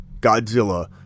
Godzilla